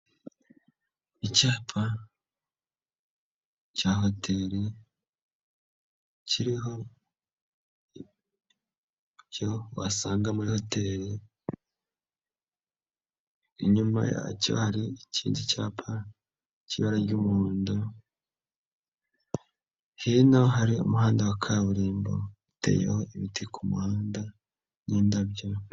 Icyapa cya hoteli kiriho ibyo wasanga hoteli, inyuma yacyo hari ikindi cyapa cy'ibara ry'umuhondo, hino hari umuhanda wa kaburimbo uteyeho ibiti ku muhanda n'indabyo.